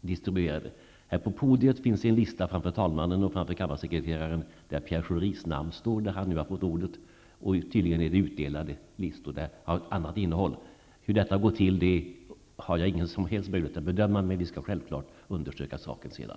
distribuerade. Här på podiet finns en lista framför talmannen och kammarsekreteraren, där Pierre Schoris namn står på den plats där han nu har fått ordet. Tydligen finns också listor med annat innehåll. Hur detta gått till har jag ingen möjlighet att bedöma, men vi skall självklart undersöka saken sedan.